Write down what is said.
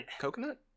Coconut